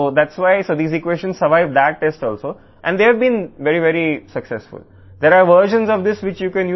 కాబట్టి అందుకే ఈ ఈక్వేషన్లు ఆ పరీక్షను కూడా తట్టుకుని అవి చాలా విజయవంతమయ్యాయి